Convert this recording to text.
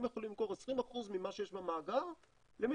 הם יכולים למכור 20% ממה שיש במאגר למי